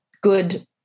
good